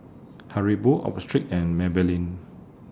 Haribo Optrex and Maybelline